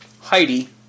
Heidi